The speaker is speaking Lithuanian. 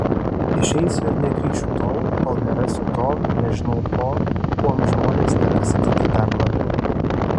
išeisiu ir negrįšiu tol kol nerasiu to nežinau ko kuom žmonės nepasitiki dar labiau